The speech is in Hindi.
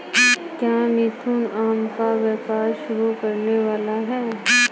क्या मिथुन आम का व्यापार शुरू करने वाला है?